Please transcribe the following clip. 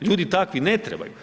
Ljudi takvi ne trebaju.